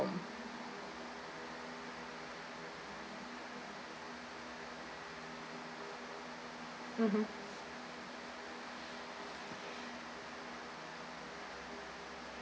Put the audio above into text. mmhmm